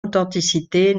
authenticité